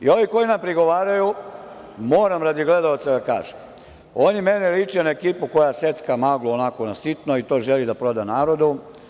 Ovi koji nam prigovaraju, moram radi gledaoca da kažem, oni meni liče na ekipu koja secka maglu, onako na sitno, i to želi da proda narodu.